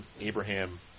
Abraham